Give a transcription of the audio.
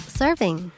serving